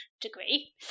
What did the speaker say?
degree